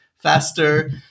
Faster